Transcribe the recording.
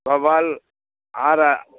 வௌவ்வால் ஆரா